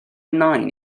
nain